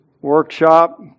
Workshop